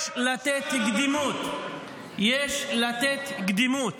יש לתת לא רק הזדמנות, יש לתת קדימות